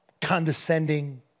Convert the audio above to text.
condescending